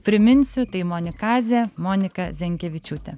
priminsiu tai monikazė monika zenkevičiūtė